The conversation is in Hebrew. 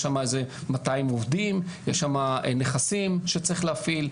יש שם מאתיים עובדים, יש שם נכסים שצריך להפעיל.